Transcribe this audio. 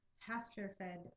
pasture-fed